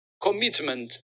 Commitment